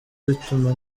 bituma